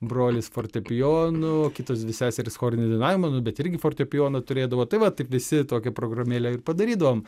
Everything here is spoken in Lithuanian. brolis fortepijonu kitos dvi seserys chorinį dainavimą nu bet irgi fortepijoną turėdavo tai va taip visi tokią programėlę ir padarydavom